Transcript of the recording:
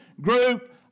group